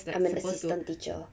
I'm an assistant teacher